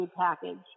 package